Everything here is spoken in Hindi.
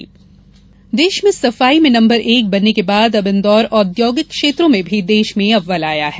औद्योगिक क्षेत्र देश में सफाई में नंबर एक बनने के बाद अब इंदौर औद्योगिक क्षेत्रों में भी देश में अव्वल आया है